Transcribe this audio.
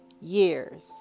years